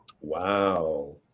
Wow